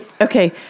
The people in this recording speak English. Okay